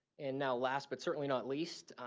and now last but certainly not least,